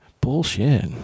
Bullshit